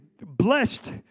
blessed